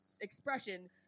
expression